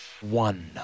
One